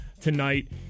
tonight